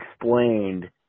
explained